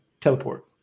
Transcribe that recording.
teleport